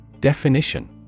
Definition